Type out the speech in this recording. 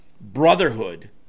brotherhood